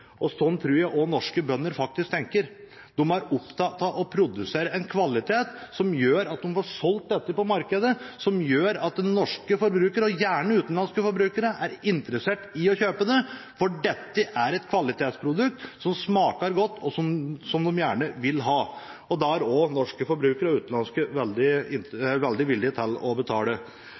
Sånn tror jeg også norske bønder faktisk tenker. De er opptatt å produsere en kvalitet som gjør at de får solgt dette på markedet, som gjør at norske, og gjerne utenlandske, forbrukere er interessert i å kjøpe dette, for dette er et kvalitetsprodukt som smaker godt, og som de gjerne vil ha. Da er også norske og utenlandske forbrukere veldig villige til å betale.